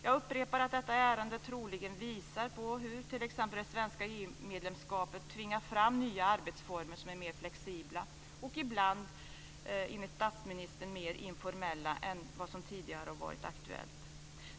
Jag upprepar att detta ärende troligen visar på hur t.ex. det svenska EU-medlemskapet tvingar fram nya arbetsformer som är mer flexibla och ibland, enligt statsministern, mer informella än vad som tidigare varit aktuellt.